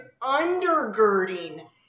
undergirding